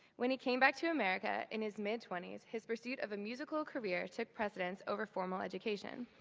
when he came back to america in his mid-twenties, his pursuit of a musical career took precedence over formal education,